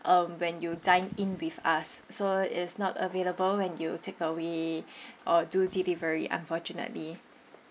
um when you dine in with us so it's not available when you take away or do delivery unfortunately